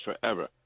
forever